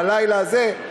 הלילה הזה,